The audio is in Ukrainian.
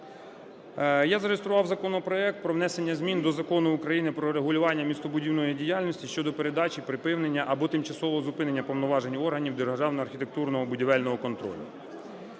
Я зареєстрував законопроект про внесення змін до Закону України "Про регулювання містобудівної діяльності" (щодо передачі, припинення або тимчасового зупинення повноважень органів державного архітектурно-будівельного контролю).